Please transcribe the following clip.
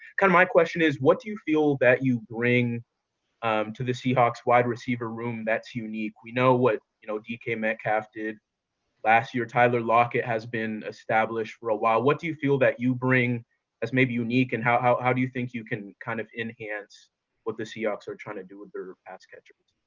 kind of my question is what do you feel that you bring to the seahawks wide receiver room that's unique. we know what you know dk metcalf did last year, tyler lockett has been established for a while. what do you feel that you bring that's maybe unique and how how do you think you can kind of enhance what the seahawks are trying to do with their pass catchers?